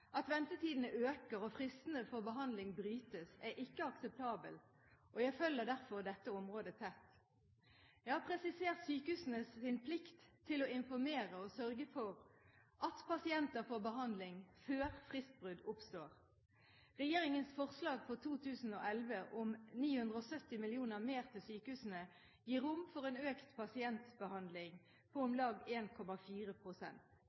At ventetidene øker og fristene for behandling brytes, er ikke akseptabelt, og jeg følger derfor dette området tett. Jeg har presisert sykehusenes plikt til å informere og sørge for at pasienter får behandling før fristbrudd oppstår. Regjeringens forslag for 2011 om 970 mill. kr mer til sykehusene gir rom for en økt pasientbehandling på